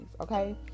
okay